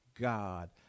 god